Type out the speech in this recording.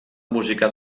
música